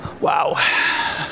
Wow